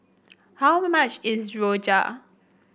how much is rojak